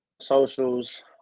socials